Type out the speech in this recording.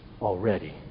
already